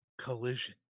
collision